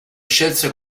scelse